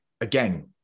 again